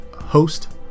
host